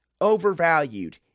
overvalued